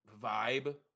vibe